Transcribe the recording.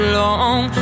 long